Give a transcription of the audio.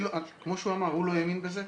כמו שהוא אמר, הוא לא האמין בזה.